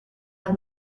have